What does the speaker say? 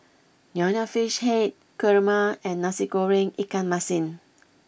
Nonya Fish Head Kurma and Nasi Goreng Ikan Masin